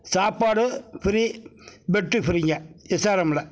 சாப்பாடு free bed ஃப்ரீங்க எஸ்ஆர்எம்மில்